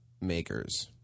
Makers